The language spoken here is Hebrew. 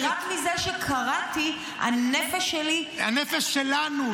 -- כי רק מזה שקראתי הנפש שלי --- הנפש שלנו,